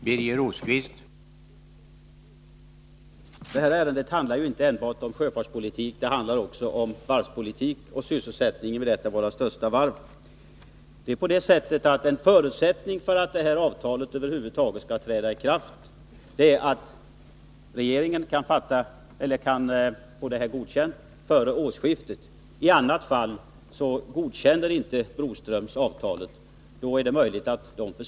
Herr talman! Detta ärende handlar inte enbart om sjöfartspolitik utan även om varvspolitik och sysselsättningen vid ett av våra största varv. En förutsättning för att detta avtal över huvud taget skall träda i kraft är att regeringen kan få det godkänt före årsskiftet. I annat fall accepterar Broströms inte avtalet.